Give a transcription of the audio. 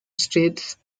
states